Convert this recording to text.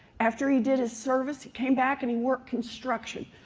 after he did his service he came back and he worked construction.